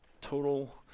Total